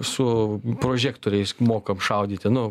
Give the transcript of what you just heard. su prožektoriais mokam šaudyti nu